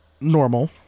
normal